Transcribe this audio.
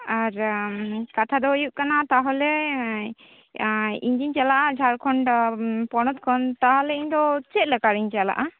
ᱟᱨ ᱠᱟᱛᱷᱟ ᱫᱚ ᱦᱩᱭᱩᱜ ᱠᱟᱱᱟ ᱛᱟᱦᱚᱞᱮ ᱤᱧ ᱡᱮᱧ ᱪᱟᱞᱟᱜᱼᱟ ᱡᱷᱟᱲᱠᱷᱚᱸᱰ ᱯᱚᱱᱚᱛ ᱠᱷᱚᱱ ᱛᱟᱦᱚᱞᱮ ᱤᱧᱫᱚ ᱪᱮᱫ ᱞᱮᱠᱟᱨᱤᱧ ᱪᱟᱞᱟᱜᱼᱟ